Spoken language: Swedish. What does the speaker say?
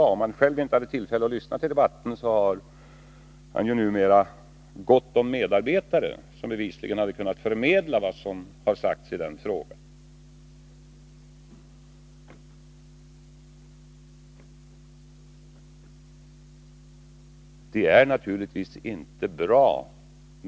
Även om han själv inte haft tillfälle att lyssna till debatten, hade hans medarbetare — han har ju numera gott om sådana — bevisligen kunnat förmedla vad som sagts i den här frågan.